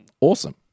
Awesome